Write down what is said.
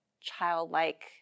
childlike